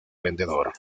vendedor